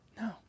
No